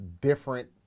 different